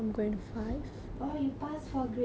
oh you pass four grades already ah